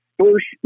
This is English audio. first